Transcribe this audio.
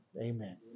amen